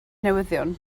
newyddion